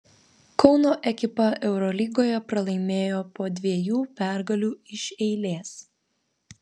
kauno ekipa eurolygoje pralaimėjo po dviejų pergalių iš eilės